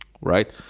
right